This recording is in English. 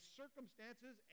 circumstances